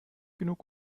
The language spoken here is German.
genug